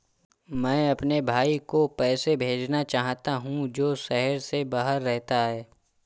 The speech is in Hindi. मैं अपने भाई को पैसे भेजना चाहता हूँ जो शहर से बाहर रहता है